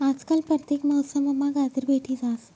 आजकाल परतेक मौसममा गाजर भेटी जास